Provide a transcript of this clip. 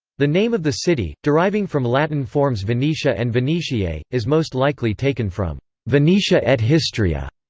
the name of the city, deriving from latin forms venetia and venetiae, is most likely taken from venetia et histria,